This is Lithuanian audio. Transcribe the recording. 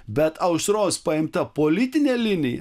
bet aušros paimta politinė linija